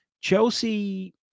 Chelsea